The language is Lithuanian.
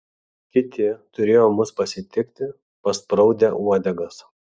kiti turėjo mus pasitikti paspraudę uodegas